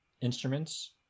instruments